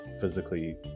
physically